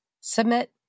submit